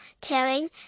caring